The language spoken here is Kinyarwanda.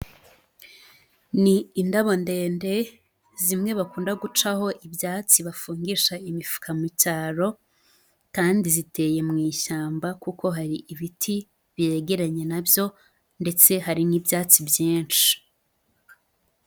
Ni indabo ndende zimwe bakunda gucaho ibyatsi bafungisha imifuka mu cyaro kandi ziteye mu ishyamba kuko hari ibiti, byegeranye na byo ndetse hari n'ibyatsi byinshi.